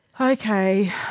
Okay